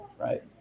right